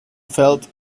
felt